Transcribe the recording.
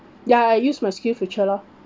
ya I use my skill future lor